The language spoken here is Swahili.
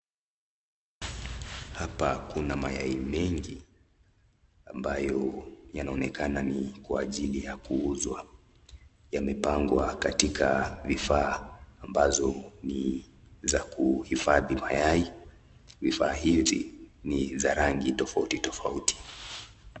Hapa kuna mayai mengi ambayo yanaonekana ni kwa ajili ya kuuzwa. Yamepangwa katika vifaa ambazo ni za kuhifadhi mayai. Vifaa hizi ni za rangi tofauti tofauti.